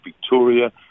Victoria